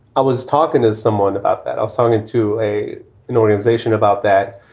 i was talking to someone about that. i've sung it to a an organization about that.